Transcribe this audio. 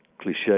cliche